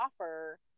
offer